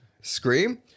Scream